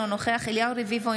אינו נוכח אליהו רביבו,